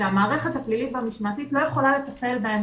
שהמערכת הפלילית והמשמעתית לא יכולה לטפל בהם,